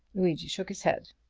luigi shook his head.